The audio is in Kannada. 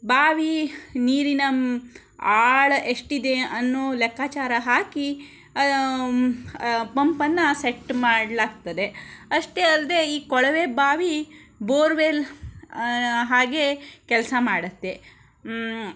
ಬಾವಿ ನೀರಿನ ಆಳ ಎಷ್ಟಿದೆ ಅನ್ನೋ ಲೆಕ್ಕಾಚಾರ ಹಾಕಿ ಪಂಪನ್ನು ಸೆಟ್ ಮಾಡಲಾಗ್ತದೆ ಅಷ್ಟೇ ಅಲ್ಲದೆ ಈ ಕೊಳವೆಬಾವಿ ಬೋರ್ವೆಲ್ ಹಾಗೆ ಕೆಲಸ ಮಾಡತ್ತೆ